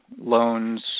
loans